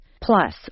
plus